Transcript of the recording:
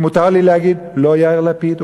אם מותר לי להגיד, לא יאיר לפיד.